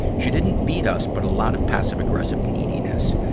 she didn't beat us, but a lot of passive-aggressive neediness.